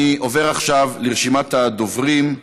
אני עובר עכשיו לרשימת הדוברים.